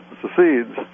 secedes